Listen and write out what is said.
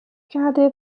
کرده